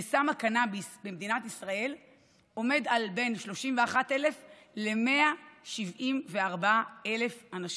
לסם הקנביס במדינת ישראל עומד על בין 31,000 ל-174,000 אנשים.